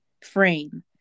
frame